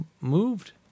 moved